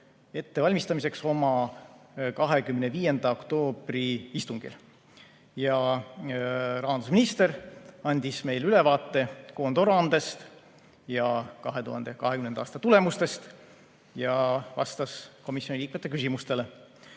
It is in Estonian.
ettevalmistamist oma 25. oktoobri istungil. Rahandusminister andis meile ülevaate koondaruandest ja 2020. aasta tulemustest ning vastas komisjoni liikmete küsimustele.